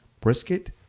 Brisket